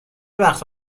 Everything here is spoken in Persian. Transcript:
وقت